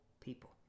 people